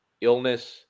illness